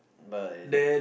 by the